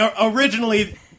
originally